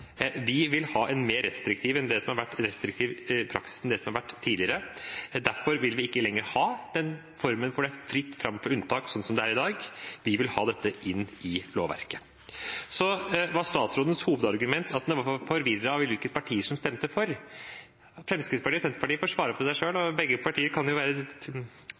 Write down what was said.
Vi vil ha en praksis som er mer restriktiv enn den som har vært tidligere, og derfor vil vi ikke ha den formen hvor det er fritt fram for unntak, slik det er i dag. Vi vil ha dette inn i lovverket. Så var statsrådens hovedargument at hun var forvirret over hvilke partier som stemte for – Fremskrittspartiet og Senterpartiet får svare for seg selv; begge partier kan jo være